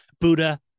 Buddha